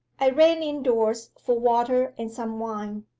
i ran indoors for water and some wine,